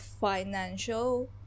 financial